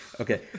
Okay